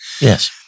Yes